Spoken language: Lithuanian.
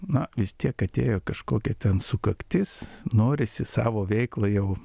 na vis tiek atėjo kažkokia ten sukaktis norisi savo veiklą jau